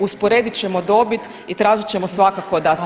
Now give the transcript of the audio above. Usporedit ćemo dobit i tražit ćemo svakako da se